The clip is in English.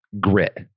grit